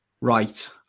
Right